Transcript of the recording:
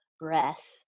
breath